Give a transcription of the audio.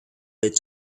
with